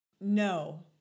no